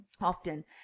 often